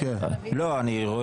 מי נגד?